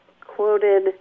quoted